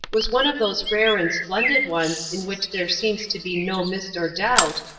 was one of those rare and splendid ones in which there seems to be no mist or doubt,